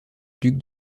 duc